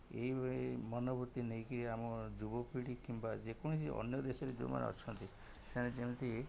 ଏଇ ମନବୃତ୍ତି ନେଇକି ଆମ ଯୁବପିଢ଼ି କିମ୍ବା ଯେକୌଣସି ଅନ୍ୟ ଦେଶରେ ଯେଉଁମାନେ ଅଛନ୍ତି ସେମାନେ ଯେମିତି